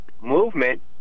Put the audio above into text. movement